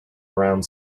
around